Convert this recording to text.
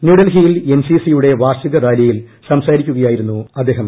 ന്യൂഡൽഹിയിൽ N C സിയുടെ വാർഷിക റാലിയിൽ സംസാരിക്കുകയായിരുന്നു അദ്ദേഹം